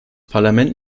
parlament